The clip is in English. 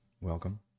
welcome